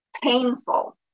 painful